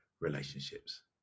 relationships